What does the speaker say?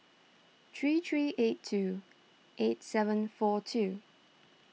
three three eight two eight seven four two